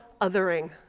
othering